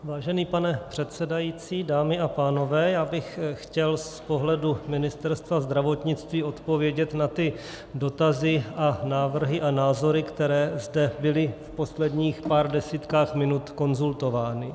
Vážený pane předsedající, dámy a pánové, já bych chtěl z pohledu Ministerstva zdravotnictví odpovědět na ty dotazy a návrhy a názory, které zde byly v posledních pár desítkách minut konzultovány.